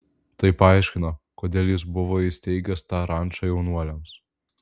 tai paaiškina kodėl jis buvo įsteigęs tą rančą jaunuoliams